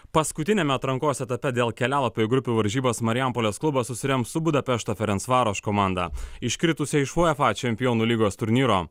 paskutiniame atrankos etape dėl kelialapio į grupių varžybas marijampolės klubas susirems su budapešto ferencvaros komanda iškritusia iš uefa čempionų lygos turnyro